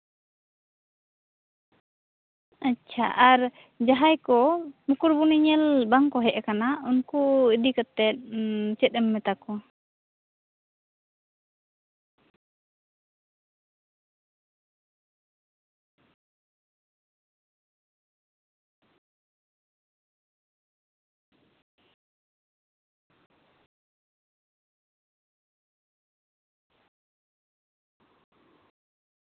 ᱟᱪᱪᱷᱟ ᱟᱨ ᱡᱟᱦᱟᱸᱭ ᱠᱚ ᱢᱩᱠᱩᱴᱢᱩᱱᱤ ᱧᱮᱞ ᱵᱟᱝᱠᱚ ᱦᱮᱡ ᱟᱠᱟᱱᱟ ᱩᱱᱠᱩ ᱤᱫᱤ ᱠᱟᱛᱮᱫ ᱪᱮᱫ ᱮᱢ ᱢᱮᱛᱟ ᱠᱚᱣᱟ